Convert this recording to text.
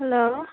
hello